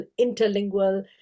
interlingual